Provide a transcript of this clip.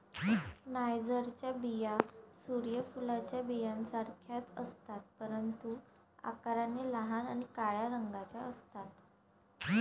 नायजरच्या बिया सूर्य फुलाच्या बियांसारख्याच असतात, परंतु आकाराने लहान आणि काळ्या रंगाच्या असतात